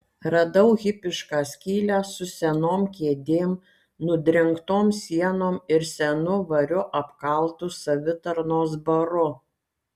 radau hipišką skylę su senom kėdėm nudrengtom sienom ir senu variu apkaltu savitarnos baru